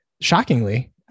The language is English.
Shockingly